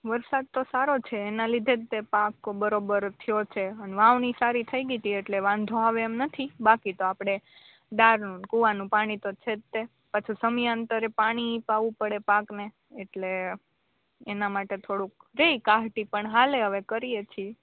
વરસાદ તો સારો છે એનાજ લીધે તે પાક બરોબર થ્યો છે અને વાવણી સારી થઈ ગઈ તી એટલે વાંધો આવે એમ નથી બાકીતો આપણે દારડારનું ને કૂવાનું પાણીતો છેજ તે પાછું સમયાંતરે પાણી પાવું પળે પાકને એટલે એના માટે થોંડુંક દે કાહટી પણ હાલે હવે કરીએ છીએ